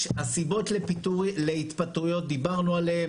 הסיבות להתפטרויות דיברנו עליהן.